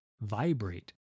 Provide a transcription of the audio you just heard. vibrate